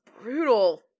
brutal